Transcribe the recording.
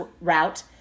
route